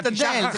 אני אשתדל.